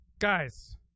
guys